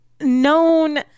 known